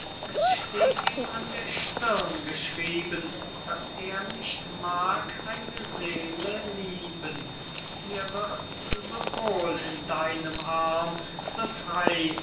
es steht ihm an der stirn geschrieben daß er nicht mag eine seele lieben mir wird's so wohl in deinem arm so frey